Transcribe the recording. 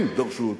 הם דרשו אותו.